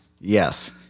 Yes